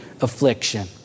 affliction